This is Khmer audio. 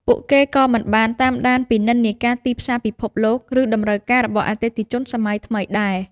ពួកគេក៏មិនបានតាមដានពីនិន្នាការទីផ្សារពិភពលោក ឬតម្រូវការរបស់អតិថិជនសម័យថ្មីដែរ។